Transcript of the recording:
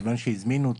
שהזמינו אותי,